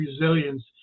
resilience